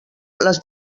les